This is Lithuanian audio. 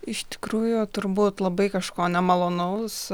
iš tikrųjų turbūt labai kažko nemalonaus